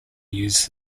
use